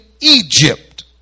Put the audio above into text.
egypt